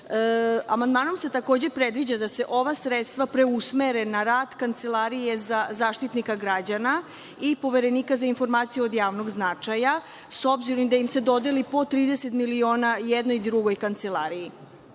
se takođe predviđa da se ova sredstva preusmere na rad Kancelarije za zaštitnika građana i Poverenika za informacije od javnog značaja, da im se dodeli po 30 miliona i jednoj i drugoj kancelariji.S